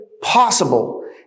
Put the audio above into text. possible